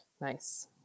nice